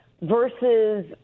versus